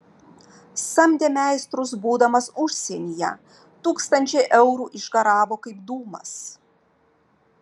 samdė meistrus būdamas užsienyje tūkstančiai eurų išgaravo kaip dūmas